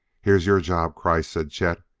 here's your job, kreiss, said chet,